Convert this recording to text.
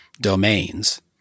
domains